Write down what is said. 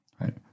right